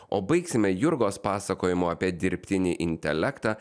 o baigsime jurgos pasakojimu apie dirbtinį intelektą